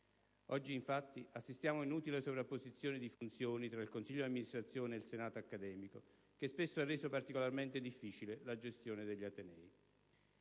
Oggi, infatti, assistiamo a un'inutile sovrapposizione di funzioni tra il consiglio di amministrazione e il senato accademico, che spesso ha reso particolarmente difficile la gestione degli atenei.